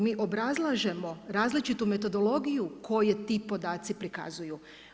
Mi obrazlažemo različitu metodologiju koje ti podaci prikazuju.